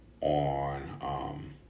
on